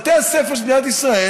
בתי הספר של מדינת ישראל,